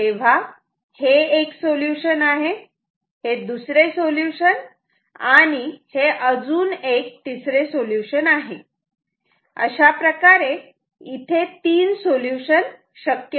तेव्हा हे एक सोल्युशन हे दुसरे सोल्युशन आणि हे अजून एक तिसरे सोल्युशन आहे अशाप्रकारे इथे तीन सोल्युशन शक्य आहेत